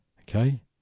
Okay